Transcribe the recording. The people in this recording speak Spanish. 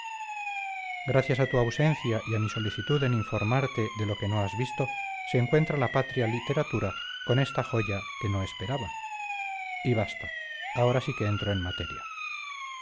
gracias a tu ausencia y a mi solicitud en informarte de lo que no has visto se encuentra la patria literatura con esta joya que no esperaba y basta ahora sí que entro en materia